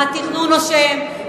התכנון אשם,